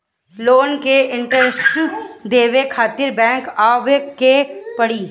Loan के interest देवे खातिर बैंक आवे के पड़ी?